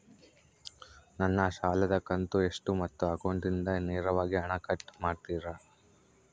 ನನ್ನ ಸಾಲದ ಕಂತು ಎಷ್ಟು ಮತ್ತು ಅಕೌಂಟಿಂದ ನೇರವಾಗಿ ಹಣ ಕಟ್ ಮಾಡ್ತಿರಾ?